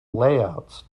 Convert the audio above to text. layouts